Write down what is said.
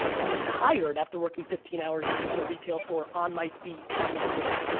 and was tired after working fifteen hours in a retail store on my feet on the floor.